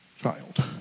Child